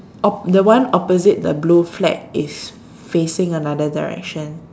op~ the one opposite the blue flag is facing another direction